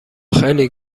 خیلی